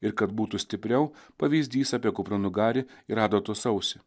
ir kad būtų stipriau pavyzdys apie kupranugarį ir adatos ausį